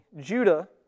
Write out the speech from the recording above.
Judah